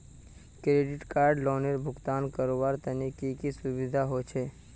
Credit card लोनेर भुगतान करवार तने की की सुविधा होचे??